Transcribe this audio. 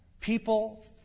people